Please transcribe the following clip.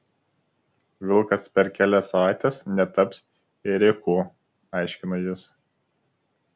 vilkas per kelias savaites netaps ėriuku aiškino jis